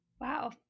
Wow